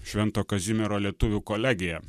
švento kazimiero lietuvių kolegiją